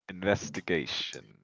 Investigation